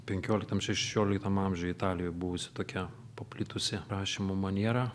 penkioliktam šešioliktam amžiuj italijoj buvusi tokia paplitusi rašymo maniera